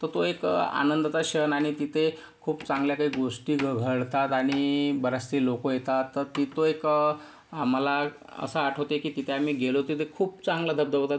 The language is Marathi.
तर तो एक आनंदाचा क्षण आणि तिथे खूप चांगल्या काही गोष्टी घडतात आणि बरेचसे लोक येतात तर तो एक आम्हाला असं आठवतंय की तिथे आम्ही गेलो तिथे खूप चांगला धबधबा होता